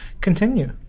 Continue